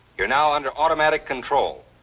you're now under automatic control.